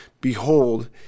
Behold